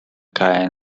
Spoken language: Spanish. caen